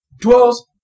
dwells